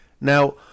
Now